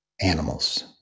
animals